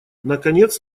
наконец